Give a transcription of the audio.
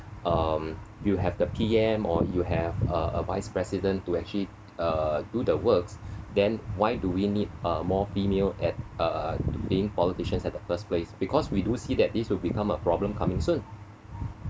um you have the P_M or you have a a vice president to actually uh do the works then why do we need uh more female at uh being politicians at the first place because we do see that this will become a problem coming soon